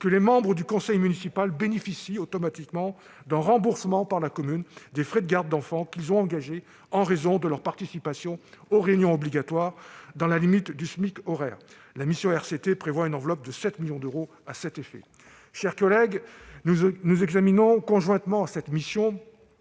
que les membres du conseil municipal bénéficient automatiquement d'un remboursement par la commune des frais de garde d'enfants qu'ils ont engagés en raison de leur participation aux réunions obligatoires, dans la limite du SMIC horaire. La mission RCT prévoit une enveloppe de 7 millions d'euros à cet effet. Mes chers collègues, nous examinons conjointement à la mission